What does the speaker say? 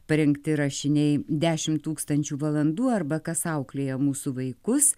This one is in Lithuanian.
parengti rašiniai dešimt tūkstančių valandų arba kas auklėja mūsų vaikus